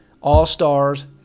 All-Stars